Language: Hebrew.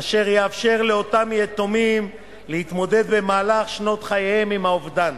אשר יאפשר לאותם יתומים להתמודד במהלך שנות חייהם עם האובדן